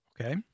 Okay